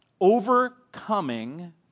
Overcoming